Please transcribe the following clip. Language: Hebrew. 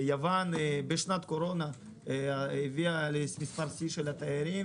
ביוון בשנת קורונה הביאה למספר שיא של 30 מיליון תיירים